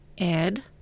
add